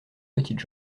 petites